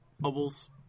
bubbles